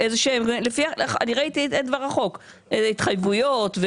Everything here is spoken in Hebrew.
יש התחייבויות.